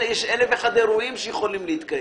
יש אלף ואחד אירועים שיכולים להתקיים.